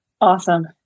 Awesome